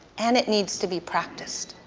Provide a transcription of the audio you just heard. and it needs to be practiced.